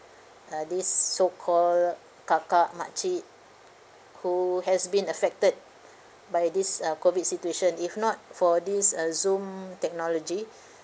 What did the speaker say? uh these so called kakak macik who has been affected by this uh COVID situation if not for this uh zoom technology